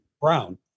Brown